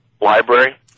Library